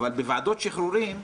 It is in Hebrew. אבל בוועדות שחרורים,